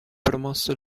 promosso